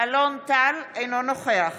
אינו נוכח